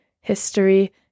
history